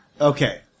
Okay